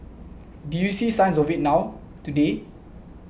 do you see signs of it now today